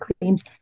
claims